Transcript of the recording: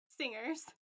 singers